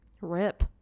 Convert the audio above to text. Rip